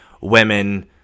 women